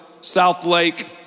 Southlake